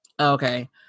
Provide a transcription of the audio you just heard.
Okay